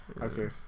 okay